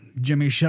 jimmy